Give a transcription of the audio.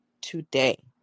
today